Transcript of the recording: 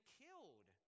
killed